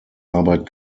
arbeit